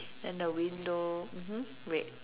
then the window mmhmm wait